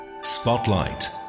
Spotlight